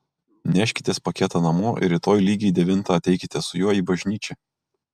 neškitės paketą namo ir rytoj lygiai devintą ateikite su juo į bažnyčią